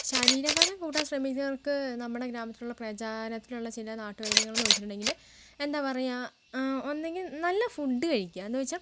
ശരീര ഭാരം കൂട്ടാൻ ശ്രമിക്കുന്നവർക്ക് നമ്മുടെ ഗ്രാമത്തിലുള്ള പ്രചാരത്തിലുള്ള ചില നാട്ടു വൈദ്യങ്ങൾ എന്ന് വെച്ചിട്ടുണ്ടെങ്കിൽ എന്താണ് പറയുക ഒന്നുകിൽ നല്ല ഫുഡ് കഴിക്കുക എന്ന് വെച്ചാൽ